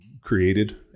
created